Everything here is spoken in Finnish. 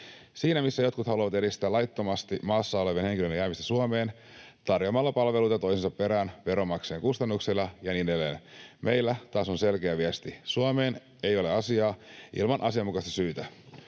Siinä, missä jotkut haluavat edistää laittomasti maassa olevien henkilöiden jäämistä Suomeen tarjoamalla palveluita toisensa perään veronmaksajien kustannuksella ja niin edelleen, meillä taas on selkeä viesti: Suomeen ei ole asiaa ilman asianmukaista syytä.